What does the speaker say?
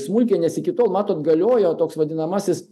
smulkiai nes iki tol matot galiojo toks vadinamasis